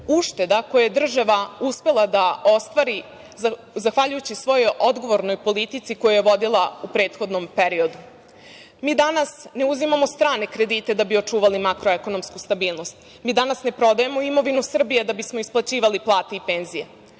koje je država uspela da ostvari zahvaljujući svojoj odgovornoj politici koja je vodila u prethodnom periodu. Mi danas ne uzimamo strane kredite da bi očuvali makroekonomsku stabilnost, mi danas ne prodajemo imovinu Srbije da bismo isplaćivali plate i penzije.